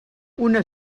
una